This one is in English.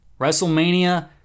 WrestleMania